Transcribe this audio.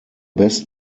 best